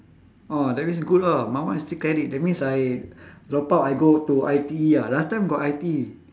oh that means good ah my one is three credit that means I drop out I go to I_T_E ah last time got I_T_E